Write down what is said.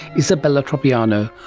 isabella tropiano,